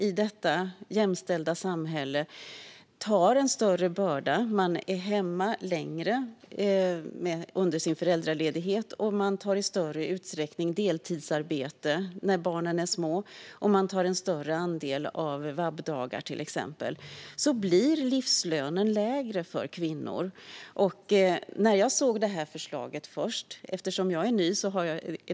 I detta jämställda samhälle tar kvinnor fortfarande en större börda. De är föräldralediga längre. De tar i större utsträckning deltidsarbete när barnen är små, och de tar en större andel av vab-dagarna, till exempel. Då blir livslönen lägre för kvinnor. Jag är ny, så detta är inte mitt förslag från början.